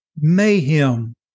mayhem